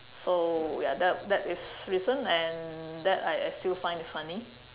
so ya that that is recent and that I still find it funny